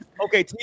Okay